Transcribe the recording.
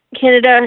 Canada